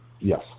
Yes